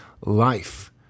life